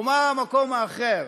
ומהו המקום האחר?